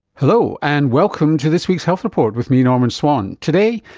hello, and welcome to this week's health report with me, norman swan. today,